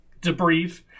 debrief